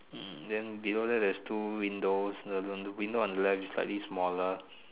hmm then below there there's two windows the the window on the left is slightly smaller